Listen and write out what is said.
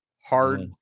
hard